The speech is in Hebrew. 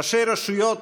ראשי רשויות,